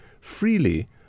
freely